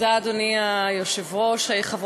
אדוני היושב-ראש, תודה, חברותי,